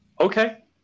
Okay